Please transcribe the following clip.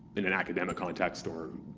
in an academic context or,